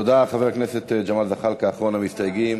תודה, חבר הכנסת ג'מאל זחאלקה, אחרון המסתייגים.